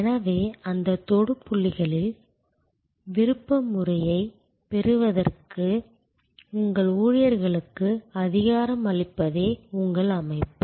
எனவே அந்தத் தொடு புள்ளிகளில் விருப்புரிமையைப் பெறுவதற்கு உங்கள் ஊழியர்களுக்கு அதிகாரம் அளிப்பதே உங்கள் அமைப்பு